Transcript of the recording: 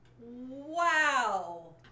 Wow